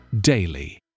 daily